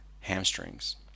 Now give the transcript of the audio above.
hamstrings